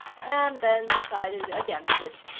and then decided against it.